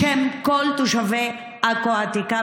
בשם כל תושבי עכו העתיקה,